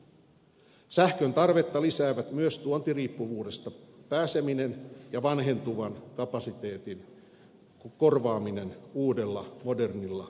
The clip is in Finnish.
sähkön tarvetta lisää myös pyrkimys päästä tuontiriippuvuudesta ja tarve korvata vanhentuva kapasiteetti uusilla moderneilla laitoksilla